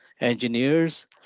engineers